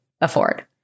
afford